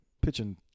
pitching